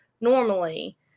normally